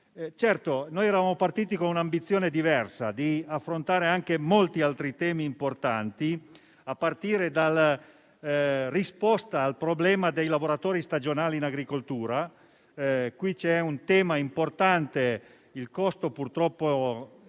noi eravamo partiti con un'ambizione diversa: quella di affrontare anche molti altri temi importanti, a partire dalla risposta al problema dei lavoratori stagionali in agricoltura. Qui c'è un tema importante: il costo purtroppo